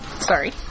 Sorry